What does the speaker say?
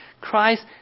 Christ